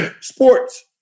Sports